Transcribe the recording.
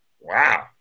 Wow